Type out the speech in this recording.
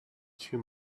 two